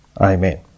Amen